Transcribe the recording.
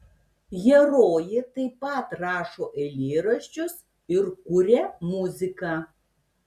herojė taip pat rašo eilėraščius ir kuria muziką